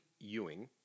Ewing